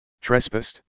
Trespassed